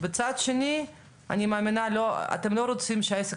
מצד שני אני מאמינה שאתם לא רוצים שהעסק